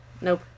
Nope